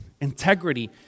Integrity